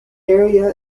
area